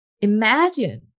Imagine